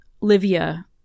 livia